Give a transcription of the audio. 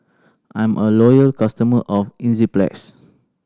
I'm a loyal customer of Enzyplex